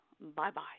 Bye-bye